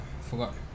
forgot